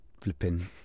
flipping